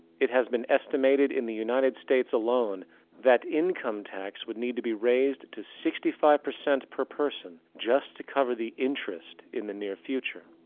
it has been estimated in the united states alone that income tax would need to be raised to sixty five percent per person just to cover the interest in the near future.